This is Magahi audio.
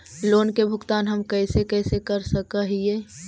लोन के भुगतान हम कैसे कैसे कर सक हिय?